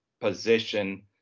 position